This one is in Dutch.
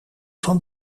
van